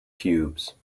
cubes